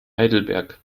heidelberg